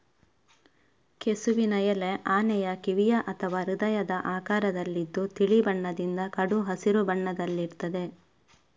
ಕೆಸುವಿನ ಎಲೆ ಆನೆಯ ಕಿವಿಯ ಅಥವಾ ಹೃದಯದ ಆಕಾರದಲ್ಲಿದ್ದು ತಿಳಿ ಬಣ್ಣದಿಂದ ಕಡು ಹಸಿರು ಬಣ್ಣದಲ್ಲಿರ್ತದೆ